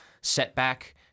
setback